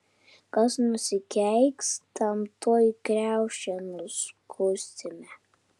kas nusikeiks tam tuoj kriaušę nuskusime